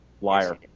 Liar